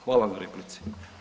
Hvala na replici.